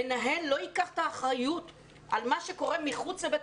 מנהל לא ייקח את האחריות על מה שקורה מחוץ לבית